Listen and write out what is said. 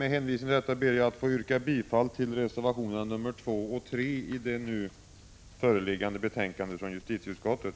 Med hänvisning till vad jag anfört ber jag att få yrka bifall till reservationerna 2 och 3 i det föreliggande betänkandet från justitieutskottet.